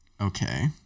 Okay